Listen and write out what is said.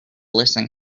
listen